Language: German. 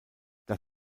das